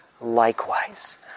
likewise